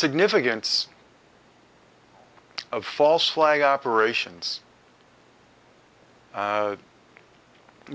significance of false flag operations and